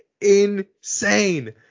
insane